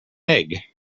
egg